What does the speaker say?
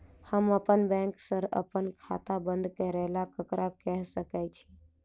हम अप्पन बैंक सऽ अप्पन खाता बंद करै ला ककरा केह सकाई छी?